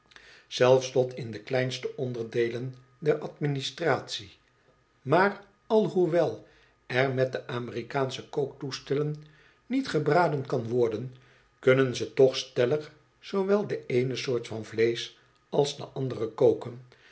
zelfs tot in de kleinste onderdeelen der administratie maar alhoewel er met de amerikaansche kooktoestellen niet gebraden kan worden kunnen ze toch stellig zoowel de eene soort van vleesch als de andere koken